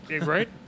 Right